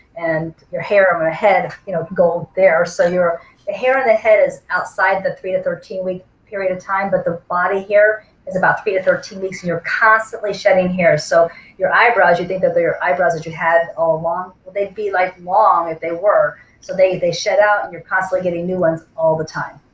and your hair on your ah head you know go there. so your ah hair on the head is outside the three to thirteen week period of time but the body hair is about three to thirteen weeks and you're constantly shedding hair. so your eyebrows you think that they're your eyebrows that you had all along, well they'd be like long if they were so they they shed out and you're possibly getting new ones all the time.